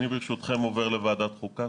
ברשותכם, אני עובר לוועדת החוקה.